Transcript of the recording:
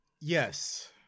Yes